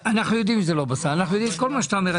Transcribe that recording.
בעיה.